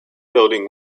building